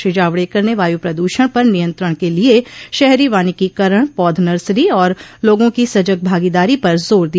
श्री जावड़ेकर ने वायु प्रदूषण पर नियंत्रण के लिए शहरी वानिकीकरण पौध नर्सरी और लोगों की सजग भागीदारी पर जोर दिया